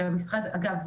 אגב,